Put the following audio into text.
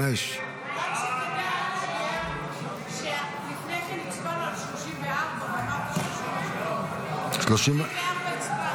35. רק שתדע שלפני כן הצבענו על 34 ואמרת 33. 34 הצבענו.